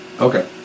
Okay